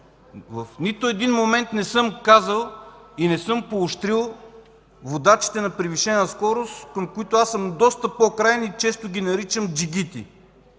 В нито един момент не съм казал и не съм поощрил водачите на превишена скорост, към които аз съм доста по-краен и често ги наричам джигити.